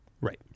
right